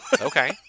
Okay